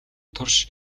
турш